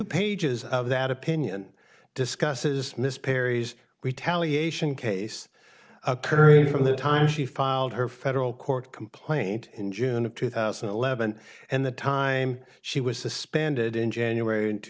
pages of that opinion discusses miss perry's retaliation case occurred from the time she filed her federal court complaint in june of two thousand and eleven and the time she was suspended in january two